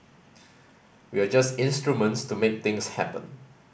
we are just instruments to make things happen